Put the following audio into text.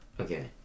Okay